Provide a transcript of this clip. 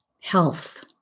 health